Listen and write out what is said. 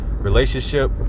relationship